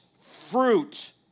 fruit